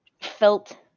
Felt